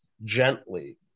gently